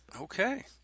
Okay